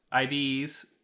ids